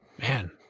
Man